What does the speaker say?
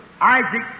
Isaac